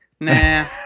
Nah